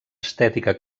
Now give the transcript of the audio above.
estètica